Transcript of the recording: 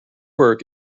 work